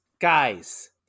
guys